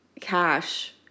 Cash